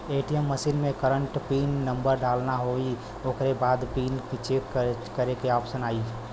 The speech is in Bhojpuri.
ए.टी.एम मशीन में करंट पिन नंबर डालना होई ओकरे बाद पिन चेंज करे क ऑप्शन आई